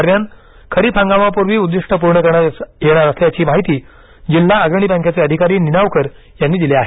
दरम्यान खरीप हंगामापूर्वी उद्धिष्ट पूर्ण करण्यात येणार असल्याची माहिती जिल्हा अग्रणी बँकेचे अधिकारी निनावकर यांनी दिली आहे